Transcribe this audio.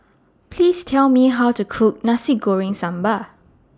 Please Tell Me How to Cook Nasi Goreng Sambal